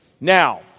Now